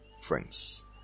friends